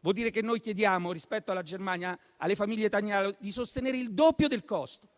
vuol dire che noi chiediamo, rispetto alla Germania, alle famiglie italiane di sostenere il doppio del costo.